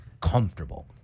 comfortable